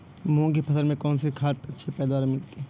मूंग की फसल में कौनसी खाद से अच्छी पैदावार मिलती है?